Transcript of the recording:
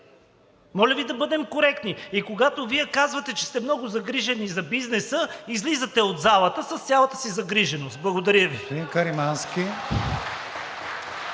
Моля Ви да бъдем коректни. И когато Вие казвате, че сте много загрижени за бизнеса, излизате от залата с цялата си загриженост! Благодаря Ви.